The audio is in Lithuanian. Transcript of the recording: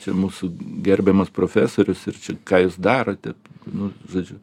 čia mūsų gerbiamas profesorius ir ką jūs darote nu žodžiu